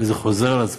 וזה חוזר על עצמו.